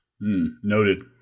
Noted